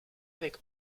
avec